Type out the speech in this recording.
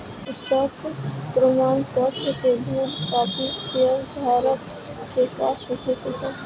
stock प्रमाणपत्र में मूल कापी शेयर धारक के पास होखे के चाही